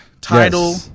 title